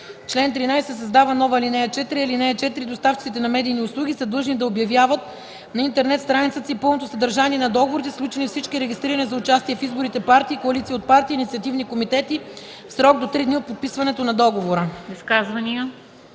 чл. 13 се създава нова ал. 4: „(4) Доставчиците на медийни услуги са длъжни да обявяват на интернет страницата си пълното съдържание на договорите, сключени с всички регистрирани за участие в изборите партии, коалиции от партии и инициативни комитети в срок до три дни от подписването на договора.”